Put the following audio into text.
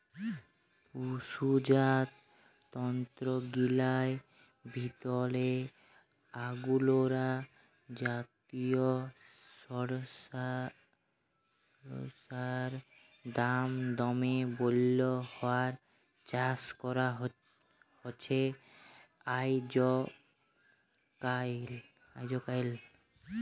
পসুজাত তন্তুগিলার ভিতরে আঙগোরা জাতিয় সড়সইড়ার দাম দমে বল্যে ইয়ার চাস করা হছে আইজকাইল